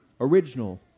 original